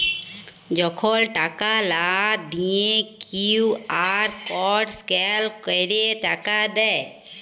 যখল টাকা লা দিঁয়ে কিউ.আর কড স্ক্যাল ক্যইরে টাকা দেয়